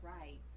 Right